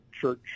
church